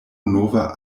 nova